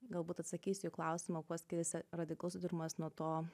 galbūt atsakysiu į klausimą kuo skiriasi radikalus atvirumas nuo to